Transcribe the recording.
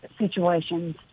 situations